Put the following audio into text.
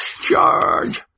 Charge